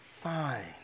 fine